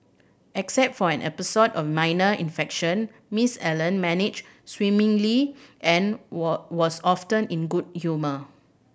except for an episode of minor infection Miss Allen managed swimmingly and were was often in good humour